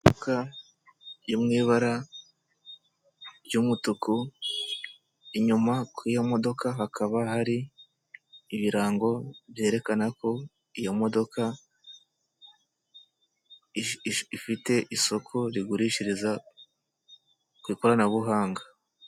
Imodoka yo mu ibara ry'umutuku, inyuma ku iyo modoka hakaba hari ibirango byerekana ko iyo modoka ifite isoko rigurishiriza ku ikoranabuhanga.